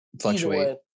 fluctuate